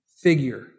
figure